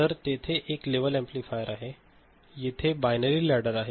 तर तेथे एक लेवल ऍम्प्लिफायर आहे येथे बायनरी लॅडर आहे